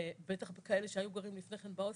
בטח כאלה שהיו גרים לפני כן בהוסטל,